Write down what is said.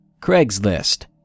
Craigslist